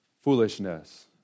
foolishness